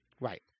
Right